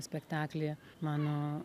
spektaklį mano